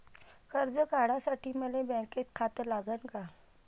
कर्ज काढासाठी मले बँकेत खातं लागन का?